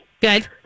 Good